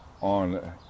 on